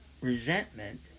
resentment